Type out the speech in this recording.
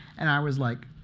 and i was like